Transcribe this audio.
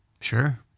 Sure